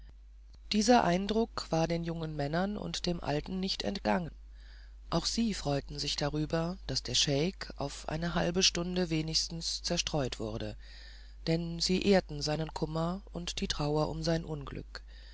dieser eindruck war den jungen männern und dem alten nicht entgangen auch sie freuten sich darüber daß der scheik auf eine halbe stunde wenigstens zerstreut wurde denn sie ehrten seinen kummer und die trauer um sein unglück